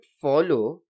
follow